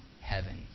heaven